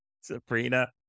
Sabrina